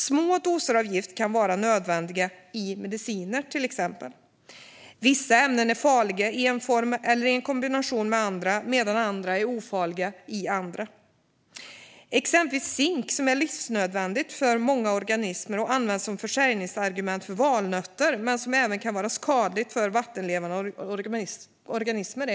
Små doser av gift kan vara nödvändiga i till exempel mediciner. Vissa ämnen är farliga i en bestämd form eller i kombination med andra ämnen, medan de annars är ofarliga. Ett sådant exempel är zink, som är livsnödvändigt för många organismer och används som försäljningsargument för valnötter, men det kan vara skadligt för vattenlevande organismer.